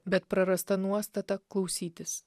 bet prarasta nuostata klausytis